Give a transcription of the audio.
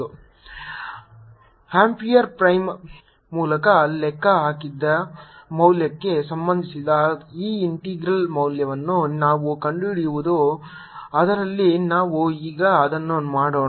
B 0I4πdlr rr r3dV04πjr×r rr r3dV ampere prime ಮೂಲಕ ಲೆಕ್ಕಹಾಕಿದ ಮೌಲ್ಯಕ್ಕೆ ಸಂಬಂಧಿಸಿದ ಈ ಇಂಟೆಗ್ರಲ್ ಮೌಲ್ಯವನ್ನು ನಾವು ಕಂಡುಹಿಡಿಯಬಹುದು ಆದ್ದರಿಂದ ನಾವು ಈಗ ಅದನ್ನು ಮಾಡೋಣ